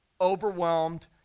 overwhelmed